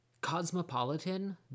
cosmopolitan